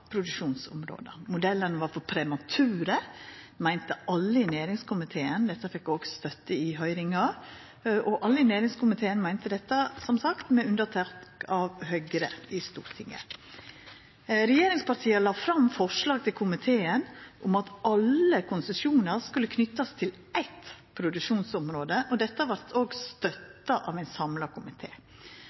inndelinga. Modellane var for premature, meinte alle i næringskomiteen. Dette fekk òg støtte i høyringa. Alle i næringskomiteen meinte dette, som sagt, med unnatak av Høgre i Stortinget. Regjeringspartia la fram forslag for komiteen om at alle konsesjonar skulle knytast til eitt produksjonsområde. Dette vart òg støtta av ein samla